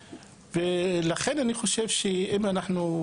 לכן אני חושב שאם אנחנו,